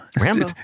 Rambo